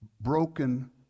broken